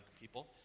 people